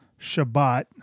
Shabbat